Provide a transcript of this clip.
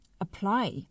apply